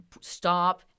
stop